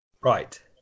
right